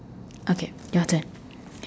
okay your turn